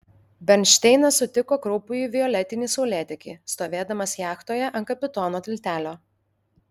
bernšteinas sutiko kraupųjį violetinį saulėtekį stovėdamas jachtoje ant kapitono tiltelio